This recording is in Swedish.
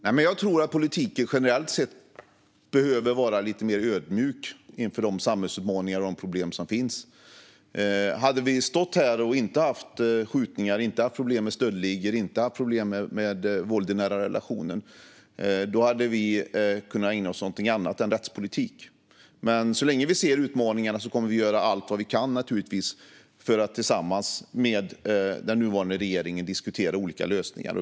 Herr talman! Jag tror att politiken generellt sett behöver vara lite mer ödmjuk inför de samhällsutmaningar och de problem som finns. Hade det inte förekommit skjutningar och problem med stöldligor eller våld i nära relationer hade vi kunnat ägna oss åt någonting annat än rättspolitik. Men så länge vi ser utmaningarna kommer vi naturligtvis att göra allt vi kan för att tillsammans med den nuvarande regeringen diskutera olika lösningar.